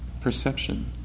Perception